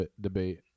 debate